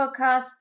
podcast